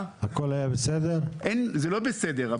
זה לא בסדר,